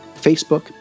Facebook